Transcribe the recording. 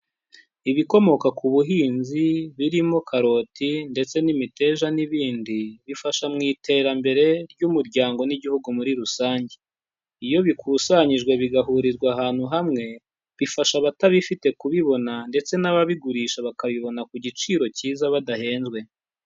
Ibikomoka ku buhinzi birimo karoti ndetse n'imiteja n'ibindi, bifasha mu iterambere ry'umuryango n'igihugu muri rusange. Iyo bikusanyijwe bigahurizwa ahantu hamwe, bifasha abatabifite kubibona ndetse n'ababigurisha bakabibona ku giciro cyiza badahenzwe.